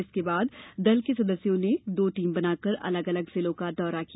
इसके बाद दल के सदस्यों ने दो टीम बनाकर अलग अलग जिलों का दौरा किया